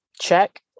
Check